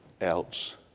else